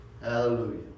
hallelujah